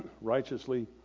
righteously